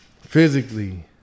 Physically